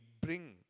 bring